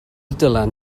dylan